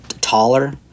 Taller